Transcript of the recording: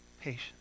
patience